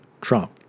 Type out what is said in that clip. Trump